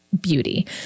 beauty